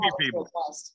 people